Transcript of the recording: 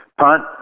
punt